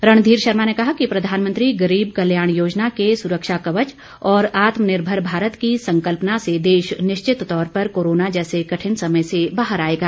रणधीर शर्मा ने कहा कि प्रधानमंत्री गरीब कल्याण योजना के सुरक्षा कवच और आत्मनिर्भर भारत की संकल्पना से देश निश्चित तौर पर कोरोना जैसे कठिन समय से बाहर आएगा